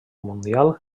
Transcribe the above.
mundial